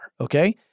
Okay